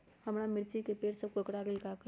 हमारा मिर्ची के पेड़ सब कोकरा गेल का करी?